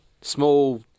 small